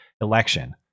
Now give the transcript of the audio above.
election